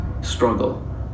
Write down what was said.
struggle